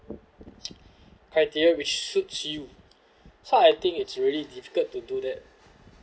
criteria which suit you so I think it's really difficult to do that